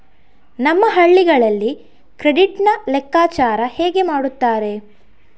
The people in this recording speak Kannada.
ನಮ್ಮ ಹಳ್ಳಿಗಳಲ್ಲಿ ಕ್ರೆಡಿಟ್ ನ ಲೆಕ್ಕಾಚಾರ ಹೇಗೆ ಮಾಡುತ್ತಾರೆ?